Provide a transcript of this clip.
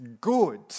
good